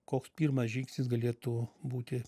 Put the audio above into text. koks pirmas žingsnis galėtų būti